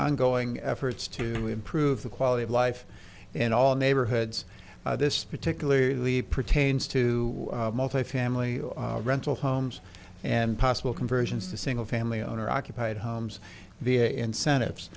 ongoing efforts to improve the quality of life in all neighborhoods this particularly pertains to multi family rental homes and possible conversions to single family owner occupied homes via incentives